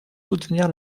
soutenir